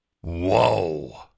Whoa